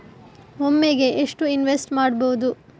ಒಮ್ಮೆಗೆ ಎಷ್ಟು ಇನ್ವೆಸ್ಟ್ ಮಾಡ್ಬೊದು?